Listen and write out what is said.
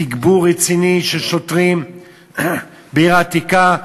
בתגבור רציני של שוטרים בעיר העתיקה.